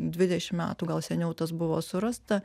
dvidešim metų gal seniau tas buvo surasta